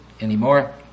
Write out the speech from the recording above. anymore